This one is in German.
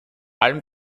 allem